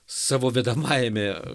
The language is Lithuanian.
savo vedamajame